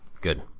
Good